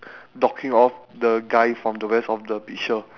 docking off the guy from the rest of the picture